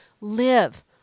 live